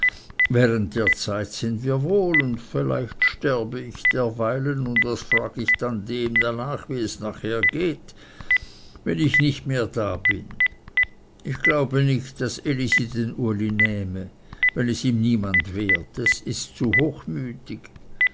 während der zeit sind wir wohl und vielleicht sterbe ich derweilen und was frag ich dann dem nach wie es nachher geht wenn ich nicht mehr da bin ich glaube nicht daß elisi den uli nähmte wenn es ihm niemand wehrt es ist zu hochmütig